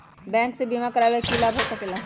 Bank से बिमा करावे से की लाभ होई सकेला?